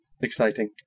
exciting